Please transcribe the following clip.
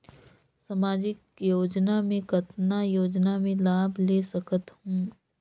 समाजिक योजना मे कतना योजना मे लाभ ले सकत हूं?